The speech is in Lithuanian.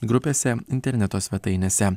grupėse interneto svetainėse